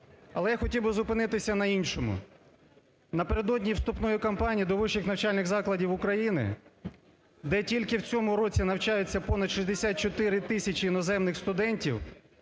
Але я хотів би зупинитися на іншому. Напередодні вступної кампанії до вищих навчальних закладів України, де тільки в цьому році навчаються понад 64 тисячі іноземних студентів,